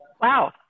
Wow